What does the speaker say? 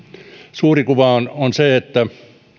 suuri kuva on on se että